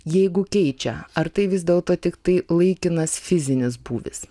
jeigu keičia ar tai vis dėlto tiktai laikinas fizinis būvis